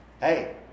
hey